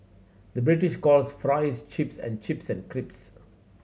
the British calls fries chips and chips and crisps